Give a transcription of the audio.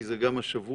כי זה גם השבוע,